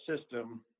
system